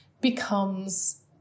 becomes